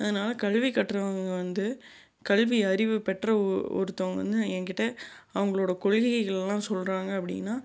அதனால் கல்வி கற்றவங்க வந்து கல்வி அறிவு பெற்ற ஒ ஒருத்தங்க வந்து எங்கிட்ட அவங்களோடய கொள்கைகள்லாம் சொல்கிறாங்க அப்படின்னா